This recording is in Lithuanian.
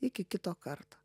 iki kito karto